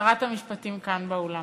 שרת המשפטים כאן באולם,